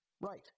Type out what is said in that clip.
Right